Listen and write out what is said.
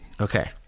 Okay